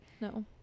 no